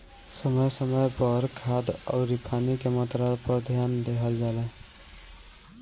समय समय पर खाद अउरी पानी के मात्रा पर ध्यान देहल जला